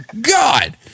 God